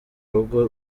rugo